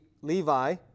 Levi